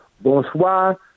bonsoir